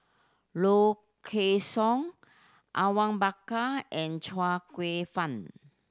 Low Kway Song Awang Bakar and Chia Kwek Fah